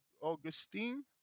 Augustine